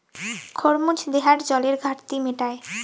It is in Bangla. খরমুজ দেহার জলের ঘাটতি মেটায়